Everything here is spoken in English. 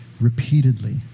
repeatedly